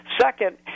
Second